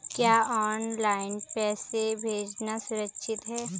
क्या ऑनलाइन पैसे भेजना सुरक्षित है?